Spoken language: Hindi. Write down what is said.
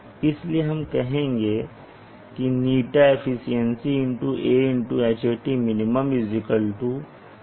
इसलिए हम कहेंगे ɳ WHPV हैं